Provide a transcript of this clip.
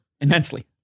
immensely